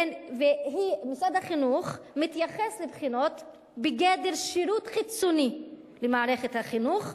משרד החינוך מתייחס לבחינות בגדר שירות חיצוני למערכת החינוך,